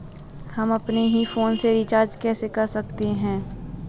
हम अपने ही फोन से रिचार्ज कैसे कर सकते हैं?